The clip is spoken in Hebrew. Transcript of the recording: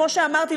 כפי שאמרתי,